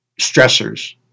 stressors